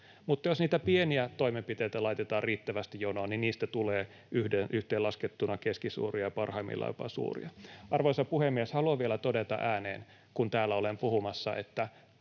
Mutta jos niitä pieniä toimenpiteitä laitetaan riittävästi jonoon, niin niistä tulee yhteenlaskettuna keskisuuria, parhaimmillaan jopa suuria. Arvoisa puhemies! Haluan vielä todeta ääneen, kun täällä olen puhumassa, että